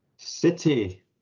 City